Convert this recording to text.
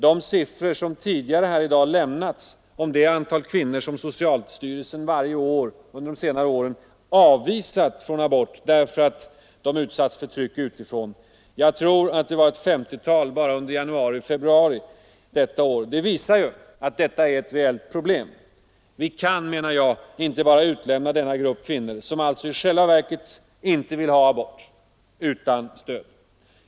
De siffror som tidigare i dag lämnats beträffande det antal kvinnor, vilkas abortansökan socialstyrelsen under senare år avvisat därför att kvinnorna varit utsatta för påtryckningar — jag tror att det var ett femtiotal bara under januari och februari detta år — visar att detta är ett reellt problem. Vi kan, menar jag, inte bara lämna denna grupp kvinnor, som alltså i själva verket inte vill ha abort, utan stöd.